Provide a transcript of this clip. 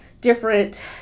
different